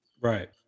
right